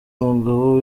umugabo